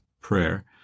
prayer